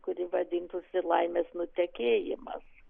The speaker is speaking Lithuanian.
kuri vadintųsi laimės nutekėjimas